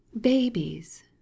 Babies